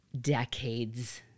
Decades